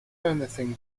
anything